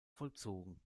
vollzogen